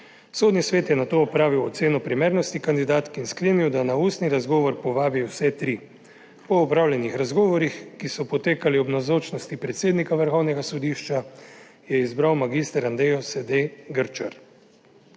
Sodni svet je nato opravil oceno primernosti kandidatk in sklenil, da na ustni razgovor povabi vse tri. Po opravljenih razgovorih, ki so potekali ob navzočnosti predsednika Vrhovnega sodišča, je izbral mag. Andrejo Sedej Grčar.